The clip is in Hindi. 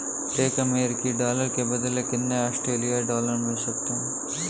एक अमेरिकी डॉलर के बदले कितने ऑस्ट्रेलियाई डॉलर मिल सकते हैं?